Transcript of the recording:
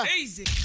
Easy